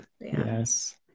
Yes